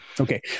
Okay